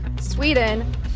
Sweden